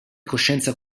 coscienza